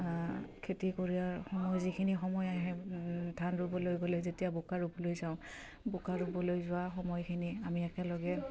খেতি কৰাৰ সময় যিখিনি সময় আহে ধান ৰুবলৈ গ'লে যেতিয়া বোকা ৰুবলৈ যাওঁ বোকা ৰুবলৈ যোৱা সময়খিনিত আমি একেলগে